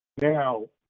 now,